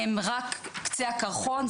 הם רק קצה הקרחון,